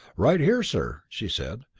right here, sir, she said,